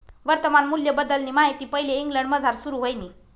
वर्तमान मूल्यबद्दलनी माहिती पैले इंग्लंडमझार सुरू व्हयनी